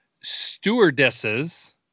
Stewardesses